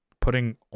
Putting